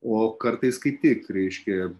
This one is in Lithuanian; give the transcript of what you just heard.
o kartais kaip tik reiškia